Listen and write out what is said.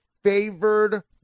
favored